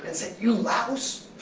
and said, you louse.